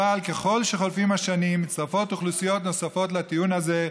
אבל ככל שחולפות השנים מצטרפות אוכלוסיות נוספות לטיעון הזה,